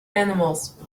animals